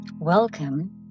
Welcome